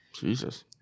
Jesus